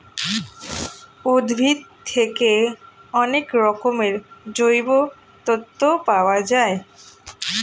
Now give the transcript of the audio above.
উদ্ভিদ থেকে অনেক রকমের জৈব তন্তু পাওয়া যায়